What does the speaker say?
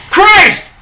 Christ